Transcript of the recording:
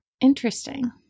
Interesting